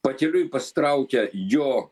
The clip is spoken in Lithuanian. pakeliui pasitraukia jo